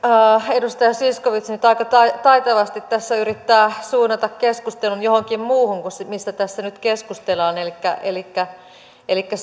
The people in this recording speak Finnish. edustaja zyskowicz nyt aika taitavasti tässä yrittää suunnata keskustelun johonkin muuhun kuin mistä tässä nyt keskustellaan elikkä elikkä